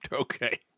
Okay